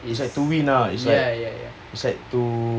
is like to win lah is like to